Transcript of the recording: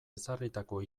ezarritako